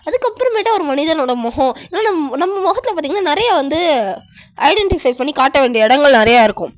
அதுக்கப்புறமேட்டு ஒரு மனிதனோட முகம் இல்லைனா நம்ம முகத்துல பார்த்திங்ன்னா நிறைய வந்து ஐடென்டிஃபை பண்ணி காட்ட வேண்டிய இடங்கள் நிறையா இருக்கும்